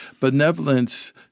benevolence